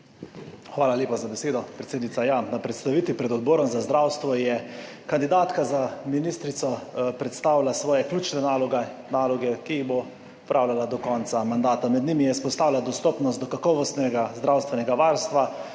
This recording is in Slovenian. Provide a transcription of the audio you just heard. Hvala lepa za besedo, predsednica. Ja, na predstavitvi pred Odborom za zdravstvo je kandidatka za ministrico predstavila svoje ključne naloge, ki jih bo opravljala do konca mandata. Med njimi je izpostavila dostopnost do kakovostnega zdravstvenega varstva,